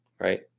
right